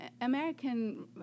American